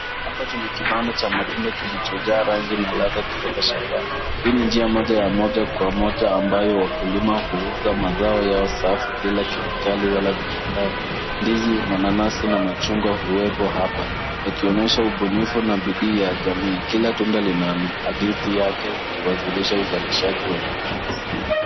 Hapa tuna kibanda cha matunda kilichojaa rangi na ladhaa kutoka shambani. Hii ni njia moja ya moja kwa moja ambayo wakulima huuza mazao yao safi bila kemikali wala viwandani. Ndizi, mananasi na machunga huwepo hapa yakionyesha ubunifu na bidii ya jamii. Kila tunda lina hadithi yake likiwasilisha uzalishaji wa eneo husika.